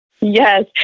Yes